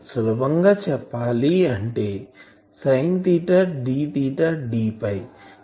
సులభం గా చెప్పాలి అంటే సైన్ d d